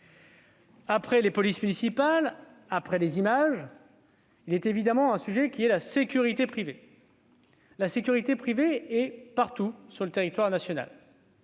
Après les polices municipales et les images, le troisième sujet est la sécurité privée. La sécurité privée est partout sur le territoire national.